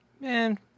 Man